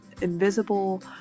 invisible